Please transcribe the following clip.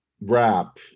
wrap